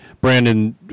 Brandon